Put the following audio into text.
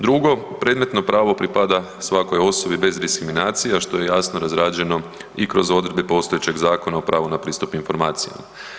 Drugo, predmetno pravo pripada svakoj osobi bez diskriminacije, a što je jasno razrađeno i kroz odredbe postojećeg Zakona o pravu na pristup informacijama.